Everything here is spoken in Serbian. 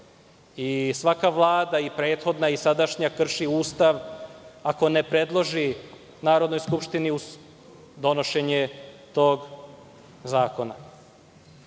Svaka Vlada, i prethodna i sadašnja, krši Ustav ako ne predloži Narodnoj skupštini donošenje tog